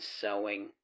sewing